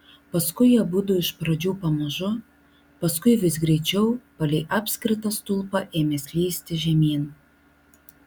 paskui abudu iš pradžių pamažu paskui vis greičiau palei apskritą stulpą ėmė slysti žemyn